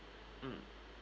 mm